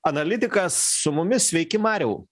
analitikas su mumis sveiki mariau